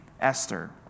Esther